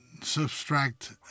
subtract